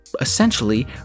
essentially